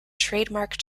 trademark